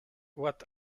what